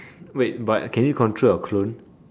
wait but can you control your clone